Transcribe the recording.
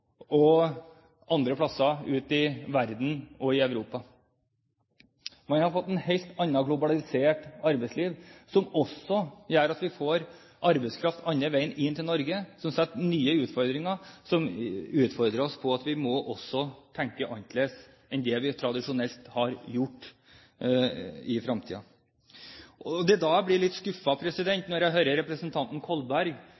verden og i Europa for å jobbe. Man har fått et helt annet globalisert arbeidsliv, som også gjør at vi får arbeidskraft inn til Norge, noe som stiller oss overfor nye utfordringer, som utfordrer oss på at vi i fremtiden må tenke annerledes enn det vi tradisjonelt har gjort. Det er da jeg blir litt